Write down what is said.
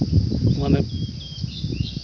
ᱢᱟᱱᱮ